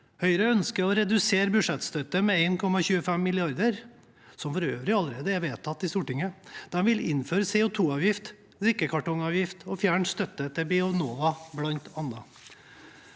Høyre ønsker å redusere budsjettstøtten med 1,25 mrd. kr, som for øvrig allerede er vedtatt i Stortinget. De vil innføre CO2-avgift, drikkekartongavgift og fjerne støtten til Bionova, bl.a.